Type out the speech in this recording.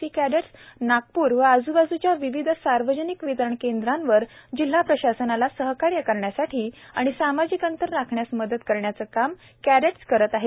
C cadets Nagpur व आजूबाजूच्या विविध सार्वजनिक वितरण केंद्रांवर जिल्हा प्रशासनाला सहकार्य करण्यासाठी आणि सामाजिक अंतर राखण्यास मदत करण्याचे काम काहेट्स करीत आहेत